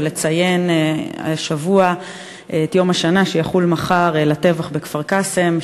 ולציין השבוע את יום השנה לטבח בכפר-קאסם,